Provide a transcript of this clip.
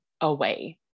away